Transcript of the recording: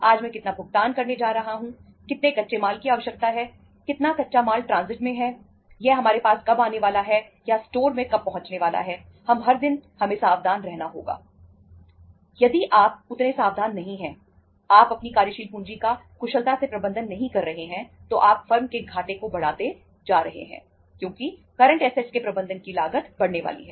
आज मैं कितना फंड के प्रबंधन की लागत बढ़ने वाली है